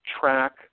track